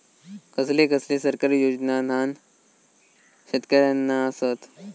कसले कसले सरकारी योजना न्हान शेतकऱ्यांना आसत?